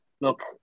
look